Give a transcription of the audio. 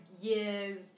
years